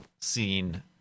scene